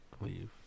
leave